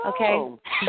okay